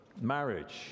marriage